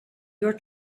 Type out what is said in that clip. your